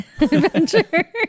adventure